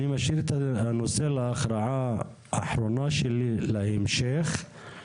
אני אשאיר את הנושא להכרעה אחרונה שלי בהמשך.